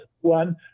one